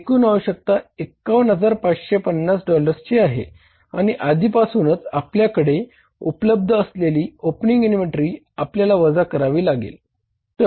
एकूण आवश्यकता 51550 डॉलर्सची आहे आणि आधीपासूनच आपल्याकडे उपलब्ध असलेली ओपनिंग इनव्हेंटरी आपल्याला वजा करावी लागेल